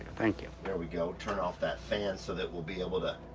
thank you. here we go. turn off that fan so that we'll be able to,